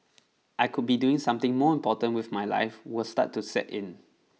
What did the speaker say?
I could be doing something more important with my life will start to set in